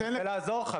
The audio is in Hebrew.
אני רוצה לעזור לך.